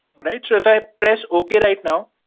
right? so if i press okay right now,